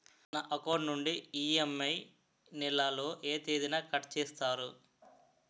నా అకౌంట్ నుండి ఇ.ఎం.ఐ నెల లో ఏ తేదీన కట్ చేస్తారు?